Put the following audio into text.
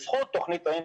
בזכות תוכנית רעים,